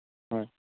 হয়